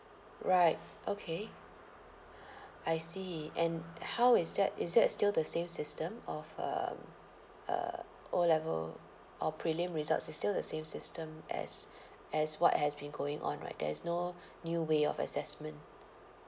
right okay I see and how is that is that still the same system of um uh O level or prelim results it's still the same system as as what has been going on right there's no new way of assessment